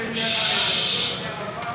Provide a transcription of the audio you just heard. (חברי הכנסת מכבדים בקימה את זכרם